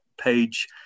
page